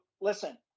listen